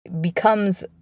becomes